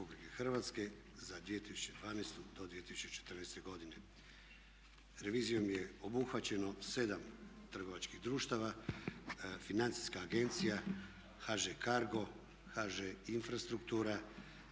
Hrvatske za 2012. do 2014. godine. Revizijom je obuhvaćeno 7 trgovačkih društava, Financijska agencija, HŽ CARGO, HŽ Infrastruktura,